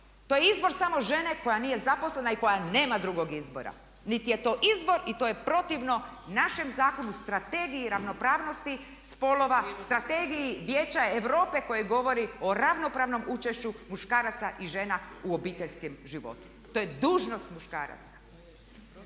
To je izbor samo žene koja nije zaposlena i koja nema drugog izbora, niti je to izbor i to je protivno našem zakonu, Strategiji ravnopravnosti spolova, Strategiji Vijeća Europe koje govori o ravnopravnom učešću muškaraca i žena u obiteljskom životu. To je dužnost muškaraca.